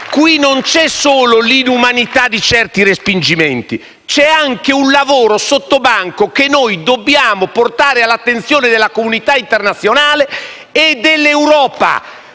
si tratta solo dell'inumanità di certi respingimenti, ma anche di un lavoro sottobanco che noi dobbiamo portare all'attenzione della comunità internazionale e dell'Europa,